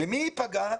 ומי ייפגע?